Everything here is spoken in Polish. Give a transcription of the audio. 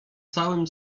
całym